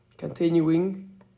Continuing